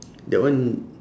that one